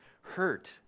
hurt